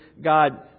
God